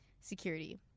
Security